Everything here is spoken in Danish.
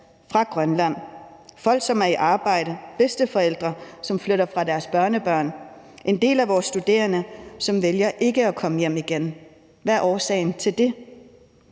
fra Grønland – folk, som er i arbejde, bedsteforældre, som flytter fra deres børnebørn, en del af vores studerende, som vælger ikke at komme hjem igen. Hvad er årsagen til det?